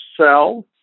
sell